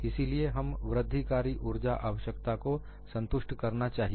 इसीलिए हम वृद्धिकारी ऊर्जा आवश्यकता को संतुष्ट करना चाहिए